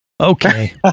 Okay